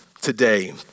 today